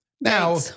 Now